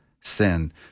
sin